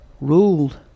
ruled